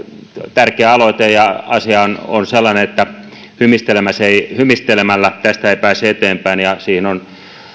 tärkeä aloite ja asia on on sellainen että hymistelemällä tästä ei pääse eteenpäin vaan siihen